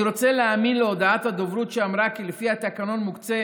אני רוצה להאמין להודעת הדוברות שאמרה כי לפי התקנון מוקצים